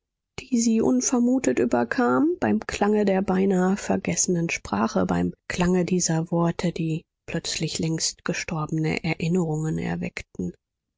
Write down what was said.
die sie unvermutet überkam beim klange der beinahe vergessenen sprache beim klange dieser worte die plötzlich längst gestorbene erinnerungen erweckten